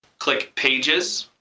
click pages.